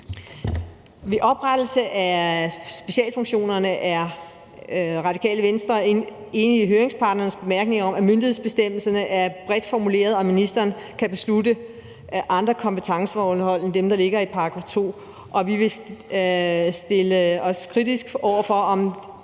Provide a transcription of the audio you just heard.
Ved oprettelse af specialfunktionerne er Radikale Venstre enige i høringsparternes bemærkninger om, at myndighedsbestemmelserne er bredt formuleret, og at ministeren kan beslutte andet kompetenceindhold end det, der ligger i § 2, og vi vil stille os kritisk over for, om